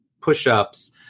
push-ups